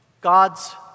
God's